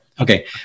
Okay